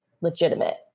legitimate